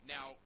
Now